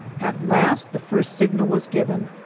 at last the first signal was given,